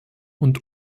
und